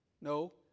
No